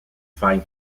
find